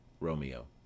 Romeo